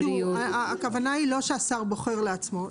הכוונה היא לא שהשר בוחר לעצמו.